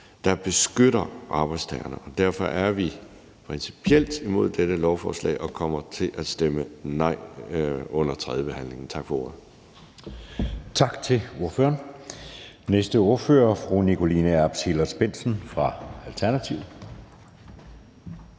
der beskytter arbejdstagerne, og derfor er vi principielt imod dette lovforslag og kommer til at stemme nej under tredjebehandlingen. Tak for ordet.